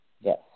Yes